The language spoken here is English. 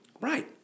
Right